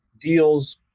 deals